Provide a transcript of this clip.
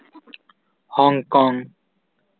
Hong Kong